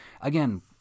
Again